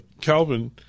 Calvin